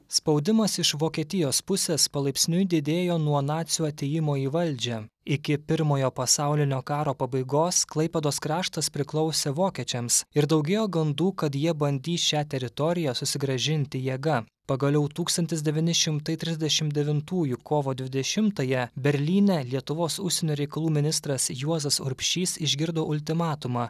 spaudimas iš vokietijos pusės palaipsniui didėjo nuo nacių atėjimo į valdžią iki pirmojo pasaulinio karo pabaigos klaipėdos kraštas priklausė vokiečiams ir daugėjo gandų kad jie bandys šią teritoriją susigrąžinti jėga pagaliau tūkstantis devyni šimtai trisdešimt devintųjų kovo dvidešimtąją berlyne lietuvos užsienio reikalų ministras juozas urbšys išgirdo ultimatumą